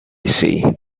see